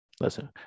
listen